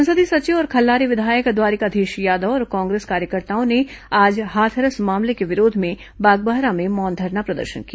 संसदीय सचिव और खल्लारी विधायक द्वारिकाधीश यादव और कांग्रेस कार्यकर्ताओं ने आज हाथरस मामले के विरोध में बागबाहरा में मौन धरना प्रदर्शन किया